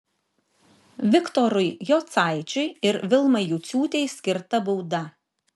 viktorui jocaičiui ir vilmai juciūtei skirta bauda